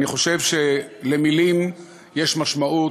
אני חושב שלמילים יש משמעות.